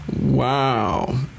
Wow